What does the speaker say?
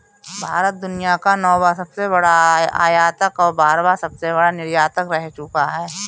भारत दुनिया का नौवां सबसे बड़ा आयातक और बारहवां सबसे बड़ा निर्यातक रह चूका है